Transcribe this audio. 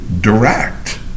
direct